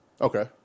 Okay